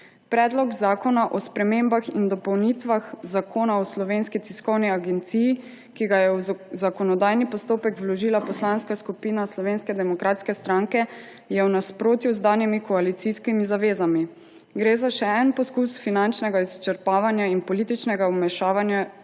Predlog zakona o spremembah in dopolnitvah Zakona o Slovenski tiskovni agenciji, ki ga je v zakonodajni postopek vložila Poslanska skupina Slovenske demokratske stranke, je v nasprotju z danimi koalicijskimi zavezami. Gre za še en poskus finančnega izčrpavanja in političnega vmešavanja